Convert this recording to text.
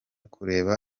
kureba